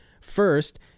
First